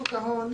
שוק ההון,